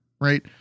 Right